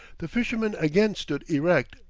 the fisherman again stood erect,